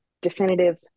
definitive